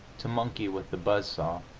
to monkey with the buzzsaw.